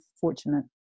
fortunate